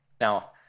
Now